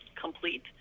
complete